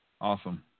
Awesome